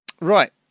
Right